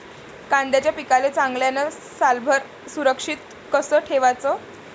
कांद्याच्या पिकाले चांगल्यानं सालभर सुरक्षित कस ठेवाचं?